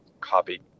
copy